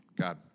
God